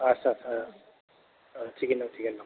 आदसा आदसा थिगैनो दं थिगैनो दं